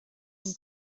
him